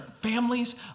families